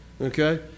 Okay